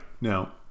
now